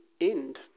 end